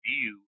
view